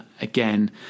again